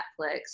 Netflix